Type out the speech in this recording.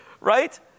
right